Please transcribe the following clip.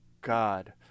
God